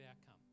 outcome